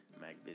mac